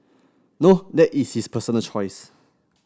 no that is his personal choice